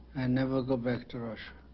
and never go back to russia